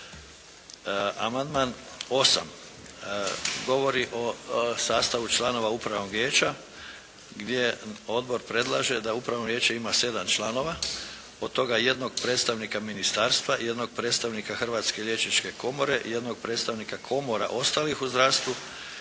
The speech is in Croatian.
Amandman 8. govori o sastavu članova upravnog vijeća gdje Odbor predlaže da upravno vijeće ima 7 članova, od toga jednog predstavnika ministarstva, jednog predstavnika Hrvatske liječničke komore, jednog predstavnika Komora ostalih u zdravstvu,